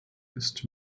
ist